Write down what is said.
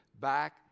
back